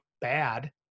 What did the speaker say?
bad